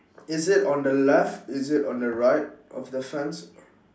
is it on the left is it on the right of the fence